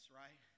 right